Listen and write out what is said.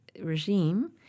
regime